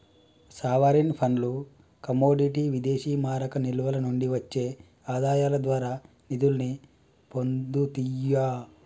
sovereign ఫండ్లు commodity విదేశీమారక నిల్వల నుండి వచ్చే ఆదాయాల ద్వారా నిధుల్ని పొందుతియ్యి